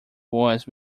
was